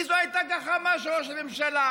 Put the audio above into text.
כי זו הייתה גחמה של ראש הממשלה,